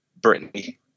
Britney